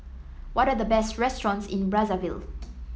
what are the best restaurants in Brazzaville